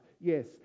yes